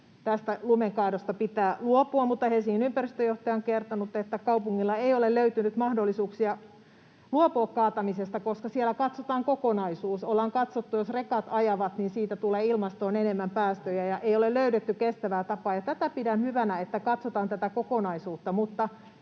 tästä lumen kaadosta pitää luopua, mutta Helsingin ympäristöjohtaja on kertonut, että kaupungilla ei ole löytynyt mahdollisuuksia luopua kaatamisesta, koska siellä katsotaan kokonaisuus: ollaan katsottu, että jos rekat ajavat, niin siitä tulee ilmastoon enemmän päästöjä, ja ei ole löydetty kestävää tapaa. Tätä pidän hyvänä, että katsotaan kokonaisuutta,